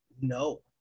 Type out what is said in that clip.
No